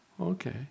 okay